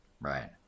right